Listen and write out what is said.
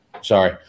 Sorry